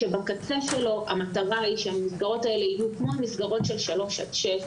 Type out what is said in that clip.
כשבקצה שלו המטרה היא שהמסגרות האלה יהיו מסגרות של שלוש עד שש,